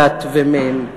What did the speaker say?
דת ומין.